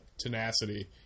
tenacity